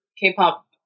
K-pop